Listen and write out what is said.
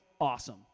awesome